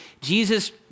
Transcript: Jesus